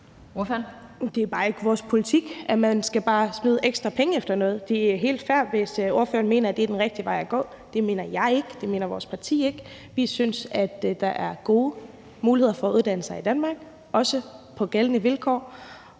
Det er bare ikke vores politik, at man bare skal smide ekstra penge efter noget. Det er helt fair, hvis ordføreren mener, at det er den rigtige vej at gå, men det mener jeg ikke, og det mener vores parti ikke. Vi synes, at der er gode muligheder for at uddanne sig i Danmark, også på gældende vilkår,